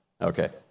okay